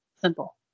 simple